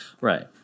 Right